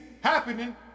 happening